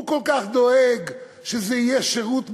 הוא כל כך דואג שזה יהיה שירות מזמין,